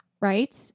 right